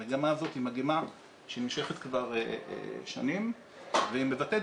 המגמה הזאת היא מגמה שנמשכת כבר שנים והיא מבטאת,